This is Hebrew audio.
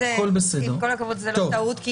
אני